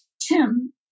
Tim